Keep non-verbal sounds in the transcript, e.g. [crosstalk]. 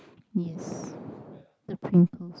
yes [breath] the Pringles